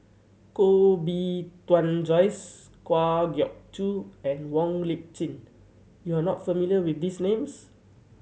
Koh Bee Tuan Joyce Kwa Geok Choo and Wong Lip Chin you are not familiar with these names